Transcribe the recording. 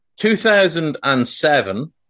2007